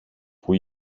που